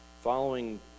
following